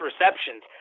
receptions